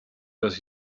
does